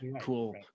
cool